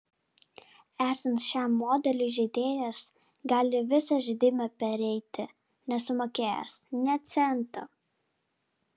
esant šiam modeliui žaidėjas gali visą žaidimą pereiti nesumokėjęs nė cento